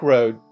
Road